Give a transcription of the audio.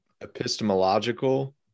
epistemological